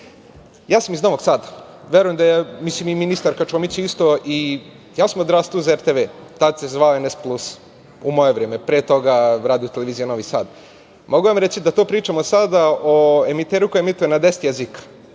sam iz Novog Sada, i ministarka Čomić je isto, i ja sam odrastao uz RTV, tada se zvao NS Plus, u moje vreme, a pre toga Radio-televizija Novi Sad. Mogu vam reći da to pričamo sada o emiteru koji emituje na deset jezika,